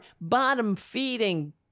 bottom-feeding